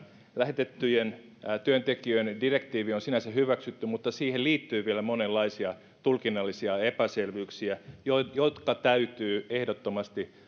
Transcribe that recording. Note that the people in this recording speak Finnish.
lähetettyjen työntekijöiden direktiivi on sinänsä hyväksytty mutta siihen liittyy vielä monenlaisia tulkinnallisia epäselvyyksiä jotka täytyy ehdottomasti